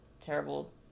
terrible